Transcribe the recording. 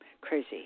crazy